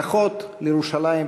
ברכות לירושלים ולתושביה.